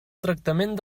tractament